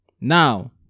Now